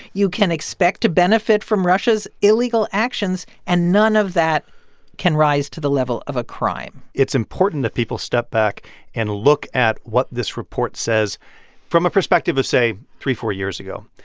you can expect to benefit from russia's illegal actions. and none of that can rise to the level of a crime it's important that people step back and look at what this report says from a perspective of, say, three, four years ago.